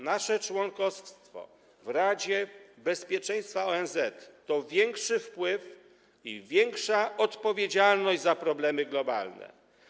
Nasze członkostwo w Radzie Bezpieczeństwa ONZ to większy wpływ i większa odpowiedzialność za problemy globalne.